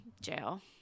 jail